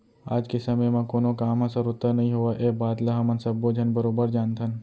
आज के समे म कोनों काम ह सरोत्तर नइ होवय ए बात ल हमन सब्बो झन बरोबर जानथन